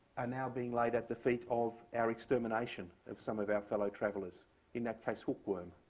and now being laid at the feet of our extermination of some of our fellow travelers in that case, hookworm.